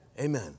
Amen